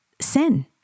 Sin